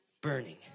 burning